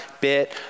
bit